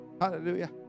Hallelujah